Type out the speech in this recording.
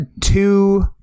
two